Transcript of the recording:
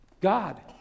God